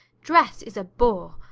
dress is a bore.